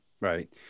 Right